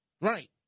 Right